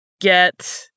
get